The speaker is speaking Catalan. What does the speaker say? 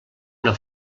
una